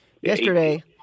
Yesterday